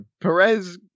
Perez